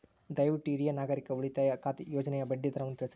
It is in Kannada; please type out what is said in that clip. ದಯವಿಟ್ಟು ಹಿರಿಯ ನಾಗರಿಕರ ಉಳಿತಾಯ ಯೋಜನೆಯ ಬಡ್ಡಿ ದರವನ್ನು ತಿಳಿಸ್ರಿ